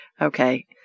Okay